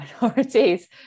minorities